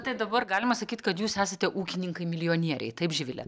tai dabar galima sakyt kad jūs esate ūkininkai milijonieriai taip živile